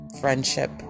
friendship